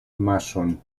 mason